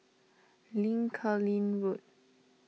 Lincoln Road